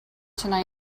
tonight